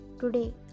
Today